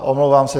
Omlouvám se.